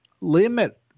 limit